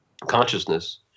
consciousness